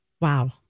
Wow